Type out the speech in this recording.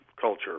culture